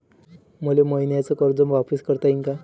मले मईन्याचं कर्ज वापिस करता येईन का?